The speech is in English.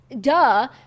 duh